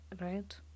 right